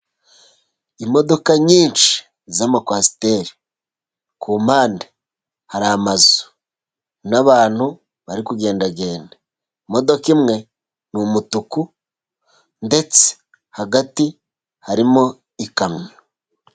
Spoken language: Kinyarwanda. Imodoka nyinshi z'amakwasiteri, kumpande hari amazu n'abantu bari kugendagenda. Imodoka imwe ni umutuku ndetse hagati harimo ikamyo.